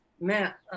Matt